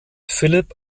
philip